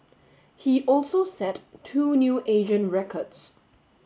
he also set two new Asian records